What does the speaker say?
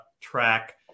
track